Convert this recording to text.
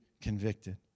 convicted